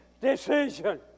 decision